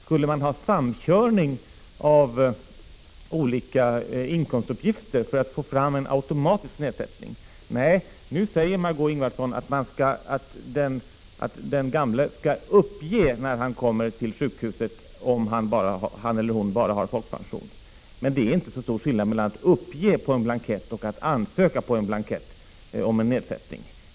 Skulle man ha samkörning av olika inkomstuppgifter för att få fram en automatisk avgiftsnedsättning? Nej, nu säger Margö Ingvardsson att den gamle, när han kommer till sjukhuset, skall uppge om han har enbart folkpension. Men det är inte så stor skillnad mellan att uppge på en blankett och att ansöka på en blankett om avgiftsnedsättning.